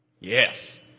Yes